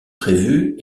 prévue